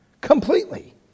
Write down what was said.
Completely